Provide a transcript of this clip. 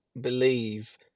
believe